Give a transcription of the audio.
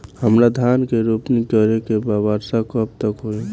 हमरा धान के रोपनी करे के बा वर्षा कब तक होई?